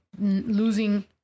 losing